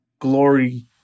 glory